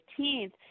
15th